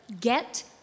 get